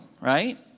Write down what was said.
right